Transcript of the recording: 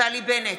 נפתלי בנט,